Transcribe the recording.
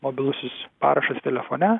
mobilusis parašas telefone